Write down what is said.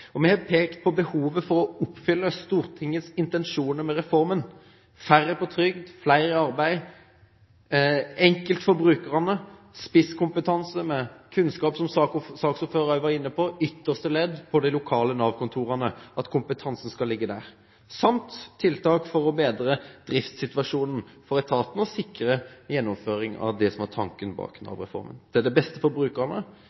Vi har pekt på behovet for å oppfylle Stortingets intensjoner med reformen: færre på trygd, flere i arbeid, at det skal være enkelt for brukerne, at spisskompetanse med kunnskap, som saksordføreren var inne på, skal ligge i ytterste ledd på de lokale Nav-kontorene, samt tiltak for å bedre driftssituasjonen for etaten og sikre gjennomføring av det som var tanken bak